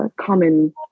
common